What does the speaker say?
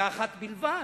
ואחת בלבד?